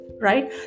right